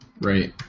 Right